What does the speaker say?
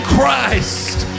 Christ